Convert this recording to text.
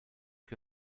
que